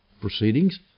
proceedings